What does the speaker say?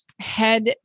head